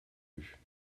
rue